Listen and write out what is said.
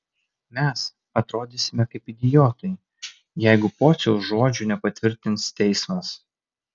mes atrodysime kaip idiotai jeigu pociaus žodžių nepatvirtins teismas